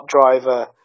driver